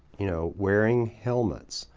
you know, wearing helmets.